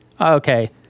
okay